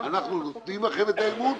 אנחנו נותנים בכם את האמון,